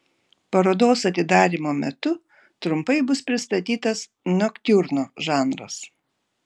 parodos atidarymo metu trumpai bus pristatytas noktiurno žanras